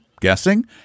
guessing